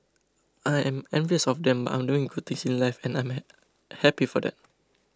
I'm envious of them I'm doing good things in life and I am happy for that